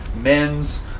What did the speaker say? men's